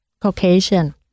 Caucasian